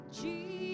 Jesus